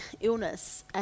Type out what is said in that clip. illness